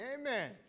Amen